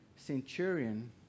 centurion